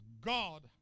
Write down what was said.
God